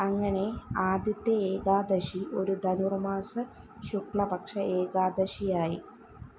അങ്ങനെ ആദ്യത്തെ ഏകാദശി ഒരു ധനുർമാസ ശുക്ലപക്ഷ ഏകാദശി ആയി